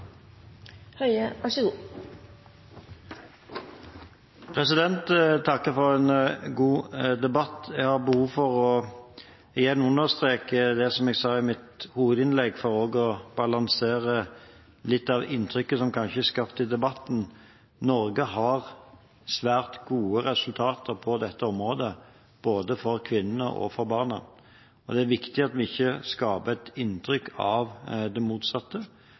takker for en god debatt. Jeg har behov for igjen å understreke det jeg sa i mitt hovedinnlegg, også for å balansere litt av inntrykket som kanskje er skapt i debatten: Norge har svært gode resultater på dette området, både for kvinnene og for barna, det er viktig at vi ikke skaper et inntrykk av det motsatte,